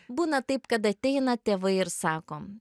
būna taip kad ateina tėvai ir sakom